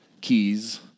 keys